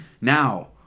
Now